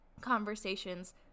conversations